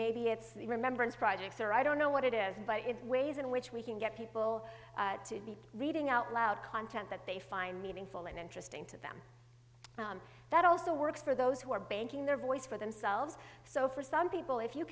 maybe it's the remembrance projects or i don't know what it is by its ways in which we can get people to be reading out loud content that they find meaningful and interesting to them that also works for those who are banking their voice for themselves so for some people if you